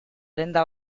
denda